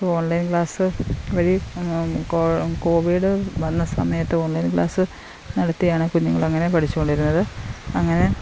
online class വഴി covid വന്ന സമയത്ത് ഓൺലൈൻ ക്ലാസ്സ് നടത്തിയാണ് കുഞ്ഞുങ്ങളെങ്ങനെ പഠിച്ചു കൊണ്ടിരുന്നത് അങ്ങനെ